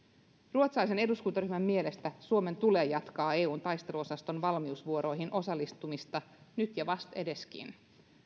ruotsalaisen eduskuntaryhmän mielestä suomen tulee jatkaa eun taisteluosaston valmiusvuoroihin osallistumista nyt ja vastedeskin